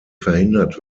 verhindert